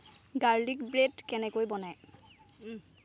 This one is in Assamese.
গার্লিক ব্রেড কেনেকৈ বনায়